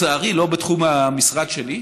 אבל זה לצערי לא בתחום המשרד שלי,